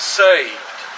saved